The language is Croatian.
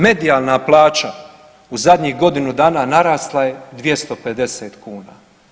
Medijalna plaća u zadnjih godinu dana narasla je 250 kuna.